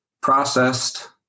processed